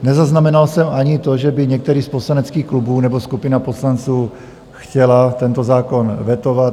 Nezaznamenal jsem ani to, že by některý z poslaneckých klubů nebo skupina poslanců chtěli tento zákon vetovat.